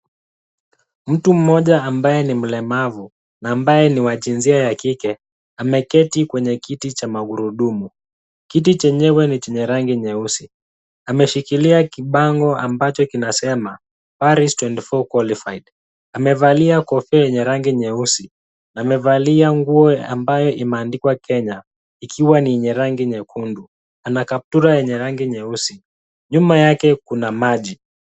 Mtu mmoja ambaye ni mlemavu na ambaye ni wa jinsia ya kike ameketi kwenye kiti cha magurudumu. Kiti chenyewe ni chenye rangi nyeusi. Ameshikilia kibango ambacho kinasema Paris twenty four qualified . Amevalia kofia yenye rangi nyeusi na amevalia nguo ambayo imeandikwa Kenya ikiwa ni yenye rangi nyekundu, ana kaptura yenye rangi nyeusi, nyuma yake kuna maji.